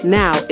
now